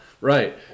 Right